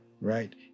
right